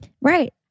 Right